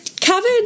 covered